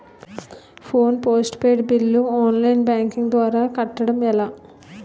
Phone postpaid bill online banking ద్వారా కట్టడం ఎలా?